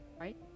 right